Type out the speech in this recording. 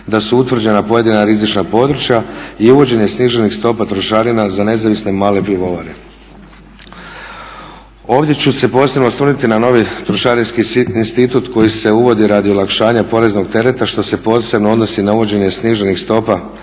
da su utvrđena pojedina rizična područja i uvođenje sniženih stopa trošarina za nezavisne male pivovare. Ovdje ću se posebno osvrnuti na novi trošarinski institut koji se uvodi radi olakšanja poreznog tereta što se posebno odnosi na uvođenje sniženih stopa